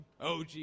OG